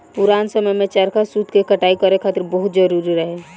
पुरान समय में चरखा सूत के कटाई करे खातिर बहुते जरुरी रहे